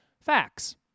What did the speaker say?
facts